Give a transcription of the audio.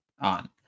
on